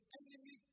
enemy